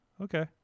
Okay